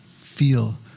feel